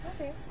Okay